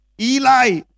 Eli